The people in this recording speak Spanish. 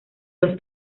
los